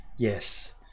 Yes